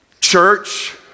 church